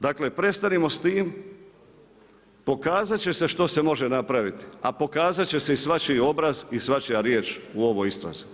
Dakle prestanimo sa time, pokazati će se što se može napraviti a pokazati će se i svačiji obraz i svačija riječ u ovoj istrazi.